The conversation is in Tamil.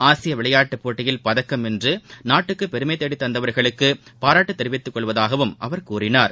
ஆசிய விளையாட்டுப் போட்டியில் பதக்கம் வென்று நாட்டுக்கு பெருமை தேடித் தந்தவர்களுக்கு பாராட்டுத் தெரிவித்துக் கொள்வதாகவும் அவர் கூறினார்